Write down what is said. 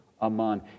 aman